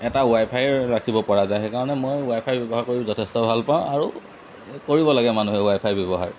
এটা ৱাইফাই ৰাখিব পৰা যায় সেইকাৰণে মই ৱাইফাই ব্যৱহাৰ কৰি যথেষ্ট ভাল পাওঁ আৰু কৰিব লাগে মানুহে ৱাইফাই ব্যৱহাৰ